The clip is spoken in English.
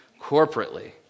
corporately